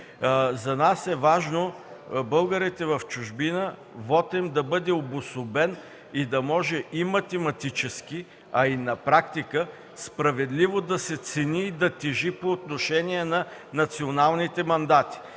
За нас е важно българите в чужбина вотът им да бъде обособен и да може математически, а и на практика справедливо да се цени и да тежи по отношение на националните мандати.